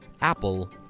Apple